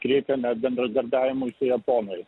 kreipėme bendradarbiavimui su japonais